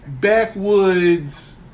backwoods